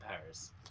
Paris